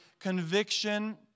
conviction